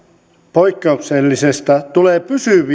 poikkeuksellisesta tulee